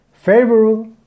favorable